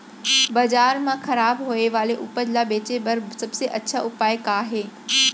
बाजार मा खराब होय वाले उपज ला बेचे बर सबसे अच्छा उपाय का हे?